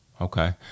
Okay